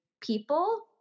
people